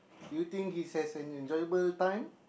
do you think he has an enjoyable time